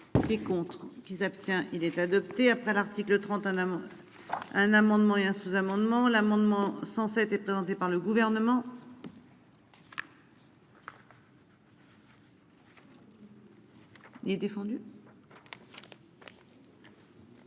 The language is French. pour et contre qui s'abstient-il être adopté après l'article 31. Un amendement et un sous-amendement l'amendement 107 et présenté par le gouvernement. Il est défendu.